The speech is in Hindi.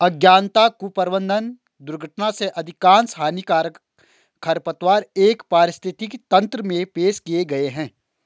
अज्ञानता, कुप्रबंधन, दुर्घटना से अधिकांश हानिकारक खरपतवार एक पारिस्थितिकी तंत्र में पेश किए गए हैं